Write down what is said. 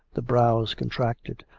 the brows contracted.